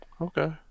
Okay